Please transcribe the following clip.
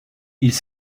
ils